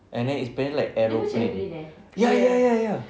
and then it's plan like aeroplane ya ya ya ya